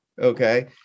Okay